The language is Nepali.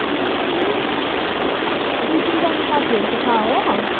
मेरो पनि एक दुई तिन दुई तिनजना साथीहरू त छ हो